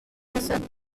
assetto